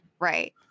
Right